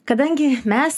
kadangi mes